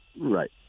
Right